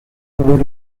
color